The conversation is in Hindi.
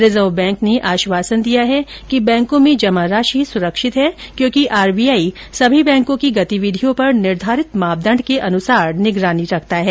रिजर्व बैंक ने आश्वासन दिया है कि बैंको में जमा राशि सुरक्षित है क्योंकि आरबीआई सभी बैंको की गतिविधियों पर निर्धारित मापदंड के अनुसार निगरानी रखता है